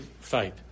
fight